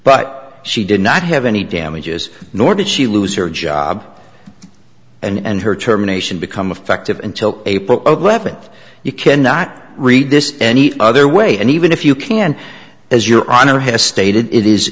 but she did not have any damages nor did she lose her job and her terminations become effective until april eleventh you cannot read this any other way and even if you can as your honor has stated it is